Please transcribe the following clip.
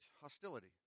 hostility